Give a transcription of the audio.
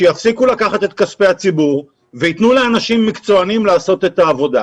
שיפסיקו לקחת את כספי הציבור ויתנו לאנשים מקצועניים לעשות את העבודה.